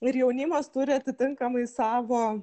ir jaunimas turi atitinkamai savo